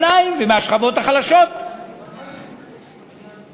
ואני חושב שגם בארצות-הברית אין בעיה ביטחונית,